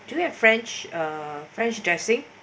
do we have french french dressing